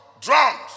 drums